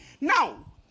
Now